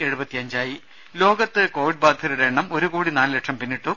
ദേദ ലോകത്ത് കോവിഡ് ബാധിതരുടെ എണ്ണം ഒരു കോടി നാല് ലക്ഷം പിന്നിട്ടു